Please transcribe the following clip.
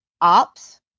ops